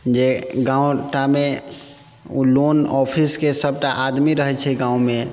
जे गाँवटामे उ लोन ऑफिसके सभटा आदमी रहै छै गाँवमे